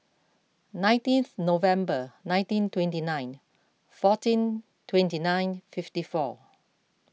nineteenth November nineteen twenty nine fourteen twenty nine fifty four